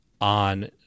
on